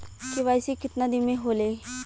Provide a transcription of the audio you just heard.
KYC कितना दिन में होले?